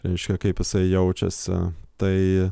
reiškia kaip jisai jaučiasi tai